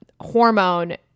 hormone